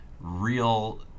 real